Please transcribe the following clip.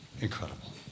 incredible